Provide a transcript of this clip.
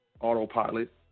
autopilot